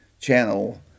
Channel